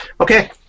Okay